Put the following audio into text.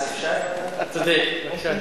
אתה צודק.